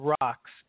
rocks